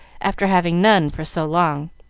after having none for so long.